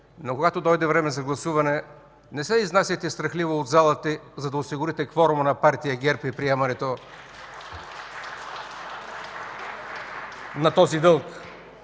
но когато дойде време за гласуване, не се изнасяйте страхливо от залата, за да осигурите кворума на Партия ГЕРБ и приемането на този дълг!